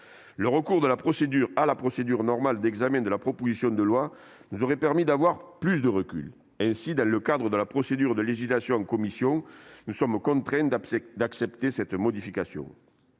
Le recours à la procédure normale d'examen de la proposition de loi nous aurait permis d'avoir plus de recul. Dans le cadre de la procédure de législation en commission, nous sommes contraints d'accepter cette modification.